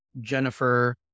Jennifer